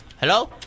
Hello